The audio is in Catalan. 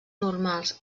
normals